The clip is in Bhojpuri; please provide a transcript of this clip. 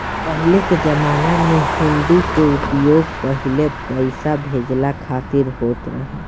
पहिले कअ जमाना में हुंडी कअ उपयोग पहिले पईसा भेजला खातिर होत रहे